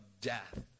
death